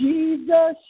Jesus